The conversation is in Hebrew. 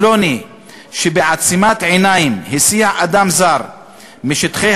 פלוני שבעצימת עיניים הסיע אדם זר משטחי